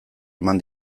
eman